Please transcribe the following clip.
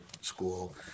school